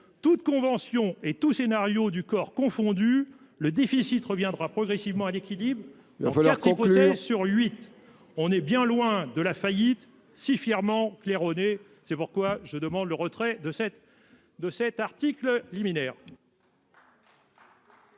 toute convention et tout scénario du corps confondus le déficit reviendra progressivement à l'équilibre, on faire tripoter sur huit. On est bien loin de la faillite si fièrement claironné. C'est pourquoi je demande le retrait de cet, de cet article liminaire.